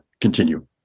continue